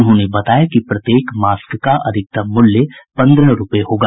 उन्होंने बताया कि प्रत्येक मास्क का अधिकतम मूल्य पंद्रह रूपये होगा